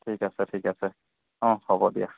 ঠিক আছে ঠিক আছে অঁ হ'ব দিয়া